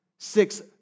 Six